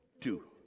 two